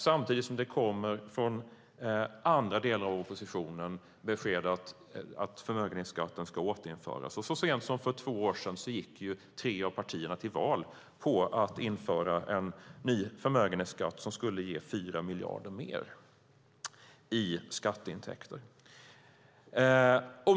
Samtidigt kommer från andra delar av oppositionen besked om att förmögenhetsskatten ska återinföras. Så sent som för två år sedan gick tre av partierna till val på att införa en förmögenhetsskatt som skulle ge 4 miljarder mer i skatteintäkter.